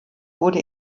wurde